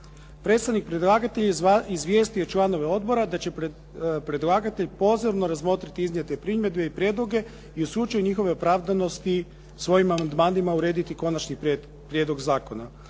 Predstavnik predlagatelja izvijestio je članove odbora da će predlagatelj pozorno razmotriti iznijete primjedbe i prijedloge i u slučaju njihove opravdanosti svojim amandmanima urediti konačni prijedlog zakona.